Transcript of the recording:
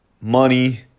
money